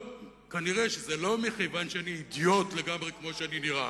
כנראה שזה לא מכיוון שאני אידיוט לגמרי כמו שאני נראה,